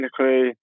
technically